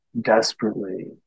desperately